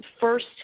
first